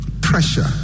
pressure